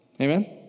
amen